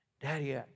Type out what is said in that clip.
Daddy